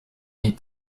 jej